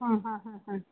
हा हा हा हा